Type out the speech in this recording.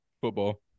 football